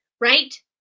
right